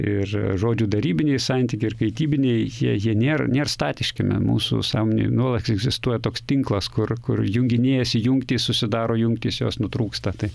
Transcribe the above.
ir žodžių darybinį santykiai ir kaitybiniai jie jie nėr nėr statiški mūsų sąmonėj nuolat egzistuoja toks tinklas kur kur junginėjasi jungtys susidaro jungtys jos nutrūksta tai